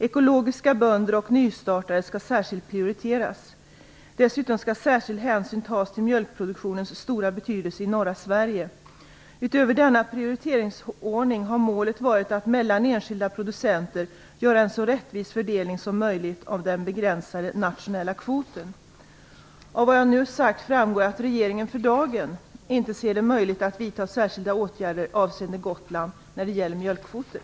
Ekologiska bönder och nystartare skall särskilt prioriteras. Dessutom skall särskild hänsyn tas till mjölkproduktionens stora betydelse i norra Sverige. Utöver denna prioriteringsordning har målet varit att mellan enskilda producenter göra en så rättvis fördelning som möjligt av den begränsade nationella kvoten. Av vad jag nu har sagt framgår att regeringen för dagen inte ser det möjligt att vidta särskilda åtgärder avseende Gotland när det gäller mjölkkvoter.